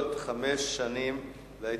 מלאות חמש שנים להתנתקות,